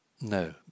No